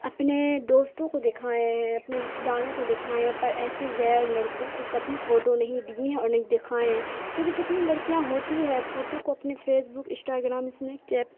اپنے دوستوں کو دکھائے ہیں اپنے رشتے داروں کو دکھائے ہیں پر ایسے غیر لڑکوں کو کبھی فوٹو نہیں دیے ہیں اور نہیں دکھائے ہیں کیونکہ کتنی لڑکیاں ہوتی ہے فوٹو کو اپنے فیسبک انسٹاگرام اسنیپ چیپ